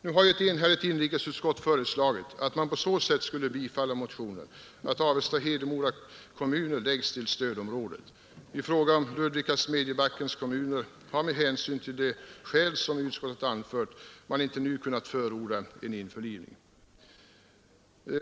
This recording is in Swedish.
Nu har ett enhälligt inrikesutskott föreslagit att man på så sätt skulle bifalla motionen, att Avesta och Hedemora kommuner läggs till stödområdet. I fråga om Ludvika och Smedjebackens kommuner har utskottet, med hänsyn till de skäl utskottet anfört, inte nu kunnat förorda en införlivning.